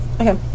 Okay